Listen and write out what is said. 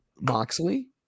Moxley